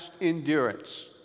endurance